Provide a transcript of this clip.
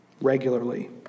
Regularly